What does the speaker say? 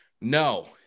No